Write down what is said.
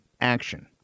action